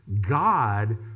God